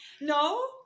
no